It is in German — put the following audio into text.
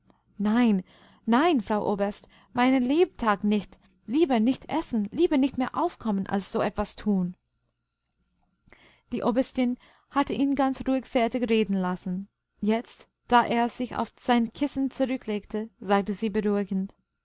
nein nein frau oberst meiner lebtag nicht lieber nicht essen lieber nicht mehr aufkommen als so etwas tun die oberstin hatte ihn ganz ruhig fertig reden lassen jetzt da er sich auf sein kissen zurücklegte sagte sie beruhigend